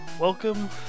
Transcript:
Welcome